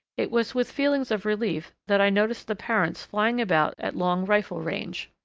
it was with feelings of relief that i noticed the parents flying about at long rifle-range.